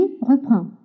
reprend